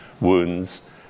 wounds